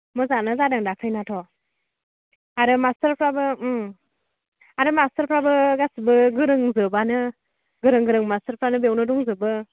मोजांआनो जादों दाखोलिनाथ' आरो मास्टारफ्राबो ओम आरो मास्टारफ्राबो गासैबो गोरोंजोबानो गोरों गोरों मास्टारफ्रानो बेवनो दंजोबो